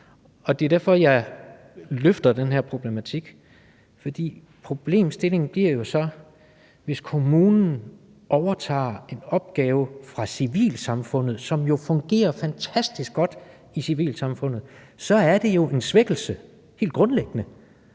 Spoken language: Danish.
Det er derfor, at jeg løfter den her problematik. Problemstillingen opstår jo så, hvis kommunen overtager en opgave fra civilsamfundet, som jo fungerer fantastisk godt i civilsamfundet. Så er det jo helt grundlæggende